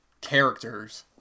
characters